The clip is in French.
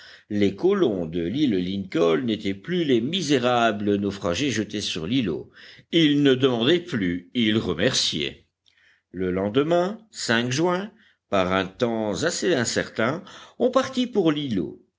les colons de l'île lincoln n'étaient plus les misérables naufragés jetés sur l'îlot ils ne demandaient plus ils remerciaient le lendemain juin par un temps assez incertain on partit pour l'îlot